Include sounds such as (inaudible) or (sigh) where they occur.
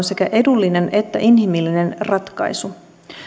(unintelligible) sekä edullinen että inhimillinen ratkaisu